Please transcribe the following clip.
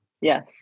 Yes